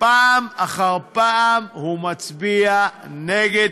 פעם אחר פעם ומצביע נגד,